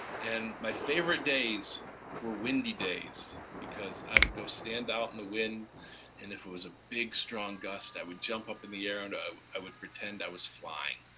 and my favorite days were windy days because i would go stand out in the wind and if it was a big strong gust, i would jump up in the air and i would pretend i was flying.